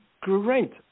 great